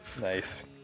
Nice